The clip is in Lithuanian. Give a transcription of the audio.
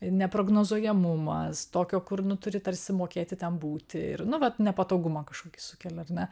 neprognozuojamumas tokio kur nu turi tarsi mokėti ten būti ir nu vat nepatogumą kažkokį sukelia ar ne